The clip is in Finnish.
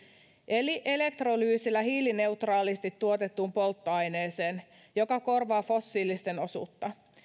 eli elektrolyysilla hiilineutraalisti tuotettuun polttoaineeseen joka korvaa fossiilisten osuutta